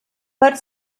per